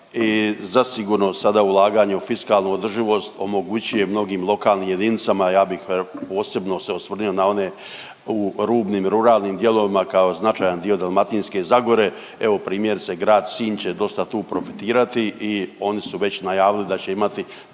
i zasigurno sada ulaganje u fiskalnu održivost omogućuje mnogim lokalnim jedinicama, ja bih posebno se osvrnio na one u rubnim, ruralnim dijelovima, kao značajan dio Dalmatinske zagore, evo, primjerice, Grad Sinj će dosta tu profitirati i oni su već najavili da će imati